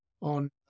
on